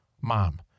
mom